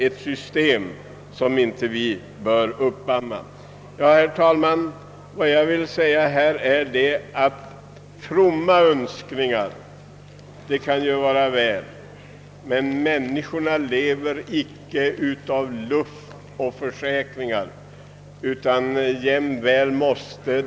Fromma önskningar kan man ju alltid ge uttryck åt, men människorna lever inte av luft eiler av försäkringar om det ena eller det andra.